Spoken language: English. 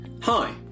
Hi